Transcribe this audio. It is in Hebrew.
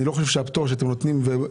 אני לא חושב שהפטור שאתם נותנים מספיק,